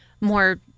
more